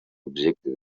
objecte